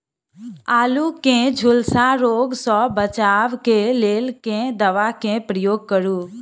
आलु केँ झुलसा रोग सऽ बचाब केँ लेल केँ दवा केँ प्रयोग करू?